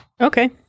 Okay